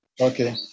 Okay